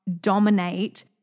dominate